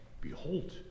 behold